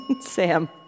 Sam